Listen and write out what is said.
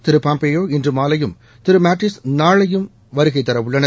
திரு Pompeo இன்று மாலையும் Thiru Mattis நாளையும் வருகை தரவுள்ளனர்